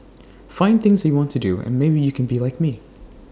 find things that you want to do and maybe you can be like me